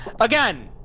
Again